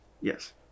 yes